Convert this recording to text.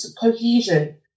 cohesion